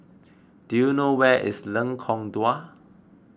do you know where is Lengkong Dua